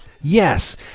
Yes